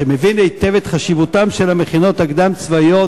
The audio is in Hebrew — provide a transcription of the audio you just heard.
שמבין היטב את חשיבותן של המכינות הקדם-צבאיות,